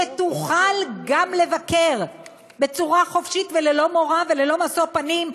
שתוכל גם לבקר בצורה חופשית וללא מורא וללא משוא פנים,